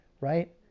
right